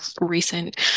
recent